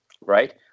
right